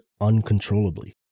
uncontrollably